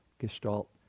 Gestalt